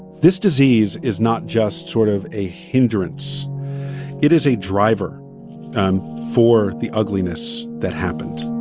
this disease is not just sort of a hindrance it is a driver and for the ugliness that happened